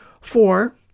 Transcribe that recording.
Four